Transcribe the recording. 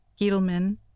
Giedelman